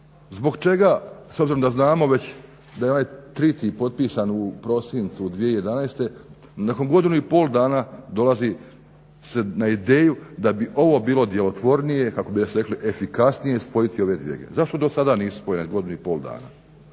zbog čega, s obzirom da znamo već da je ovaj …/Govornik se ne razumije./… potpisan u prosincu 2011., nakon godinu i pol dana dolazi se na ideju da bi ovo bilo djelotvornije, kako bi još rekli efikasnije spojiti ove dvije …/Govornik se ne razumije./… Zašto do sada nisu spojene, u godinu i pol dana?